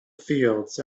fields